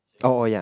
oh ya